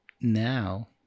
Now